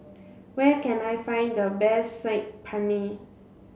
where can I find the best Saag Paneer